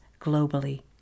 globally